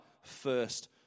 first